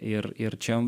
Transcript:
ir ir čia